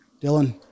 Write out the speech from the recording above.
Dylan